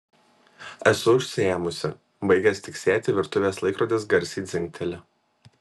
esu užsiėmusi baigęs tiksėti virtuvės laikrodis garsiai dzingteli